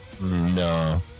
No